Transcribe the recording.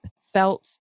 Felt